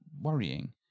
worrying